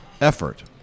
effort